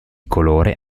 colore